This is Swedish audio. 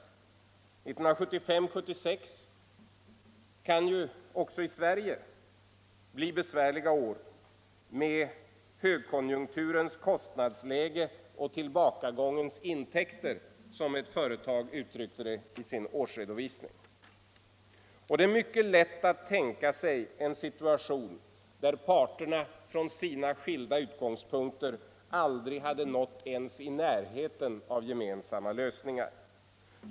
1975 och 1976 kan ju också i Sverige bli besvärliga år med ”högkonjunkturens kostnadsläge och tillbakagångens intäkter”, som ett företag uttryckte det i sin årsredovisning. Det är mycket lätt att tänka sig en situation där parterna från sina skilda utgångspunkter aldrig hade nått ens i närheten av gemensamma lösningar.